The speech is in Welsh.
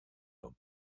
nhw